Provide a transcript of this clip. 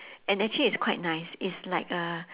and actually it's quite nice it's like a